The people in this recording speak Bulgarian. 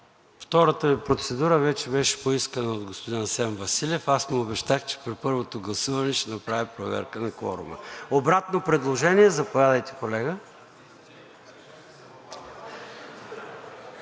Втората Ви процедура вече беше поискана от господин Асен Василев. Аз му обещах, че при първото гласуване ще направя проверка на кворума. Обратно предложение? Заповядайте, колега.